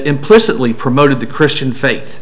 implicitly promoted the christian faith